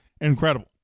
incredible